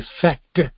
effect